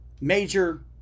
major